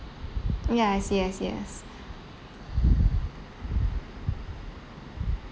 yes yes yes